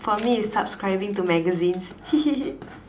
for me it's subscribing to magazines hee hee hee